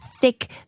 thick